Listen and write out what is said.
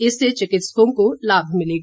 इससे चिकित्सकों को लाभ मिलेगा